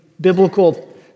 biblical